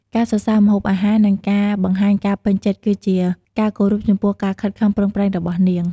ការសរសើរម្ហូបអាហារ និងការបង្ហាញការពេញចិត្ត គឺជាការគោរពចំពោះការខិតខំប្រឹងប្រែងរបស់នាង។